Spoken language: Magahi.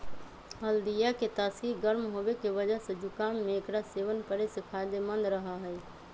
हल्दीया के तासीर गर्म होवे के वजह से जुकाम में एकरा सेवन करे से फायदेमंद रहा हई